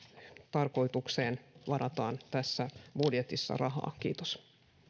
tarkoitukseen varataan tässä budjetissa rahaa kiitos